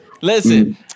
Listen